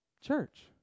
church